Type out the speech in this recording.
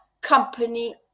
company